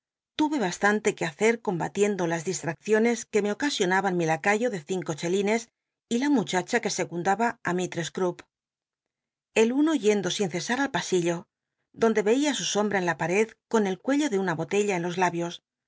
tuve bastante que hacer combatiendo las distracciones que me ocasionaban mi lacayo de cinco cheline y la muchacha que secundaba á mistress cro el uno yendo sin cesa al pa illo donde cia su sombra en la pared con el cuello de una botella en los labios